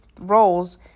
roles